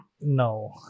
no